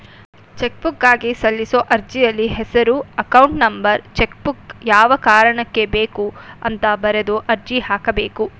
ಚೆಕ್ಬುಕ್ಗಾಗಿ ಸಲ್ಲಿಸೋ ಅರ್ಜಿಯಲ್ಲಿ ಹೆಸರು ಅಕೌಂಟ್ ನಂಬರ್ ಚೆಕ್ಬುಕ್ ಯಾವ ಕಾರಣಕ್ಕೆ ಬೇಕು ಅಂತ ಬರೆದು ಅರ್ಜಿ ಹಾಕಬೇಕು